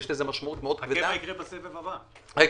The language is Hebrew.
ויש לזה משמעות מאוד כבדה -- חכה,